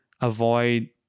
avoid